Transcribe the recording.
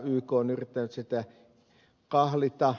yk on yrittänyt sitä kahlita